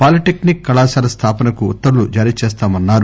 polytechnic కళాశాల స్థాపనకు ఉత్తర్వులు జారీచేస్తామన్నారు